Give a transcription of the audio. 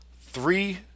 three